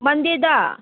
ꯃꯟꯗꯦꯗ